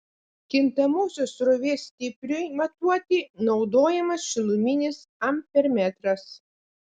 kintamosios srovės stipriui matuoti naudojamas šiluminis ampermetras